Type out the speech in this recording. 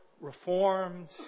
reformed